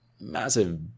massive